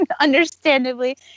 understandably